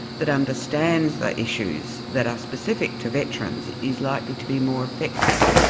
that understand the issues that are specific to veterans, is likely to be more effective?